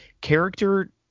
character